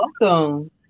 welcome